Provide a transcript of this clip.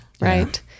right